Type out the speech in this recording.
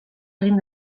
egin